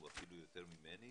הוא אפילו יותר ממני